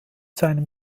seinem